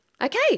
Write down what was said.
Okay